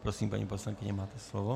Prosím, paní poslankyně, máte slovo.